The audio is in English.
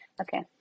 Okay